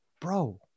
bro